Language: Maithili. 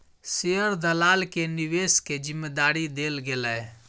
शेयर दलाल के निवेश के जिम्मेदारी देल गेलै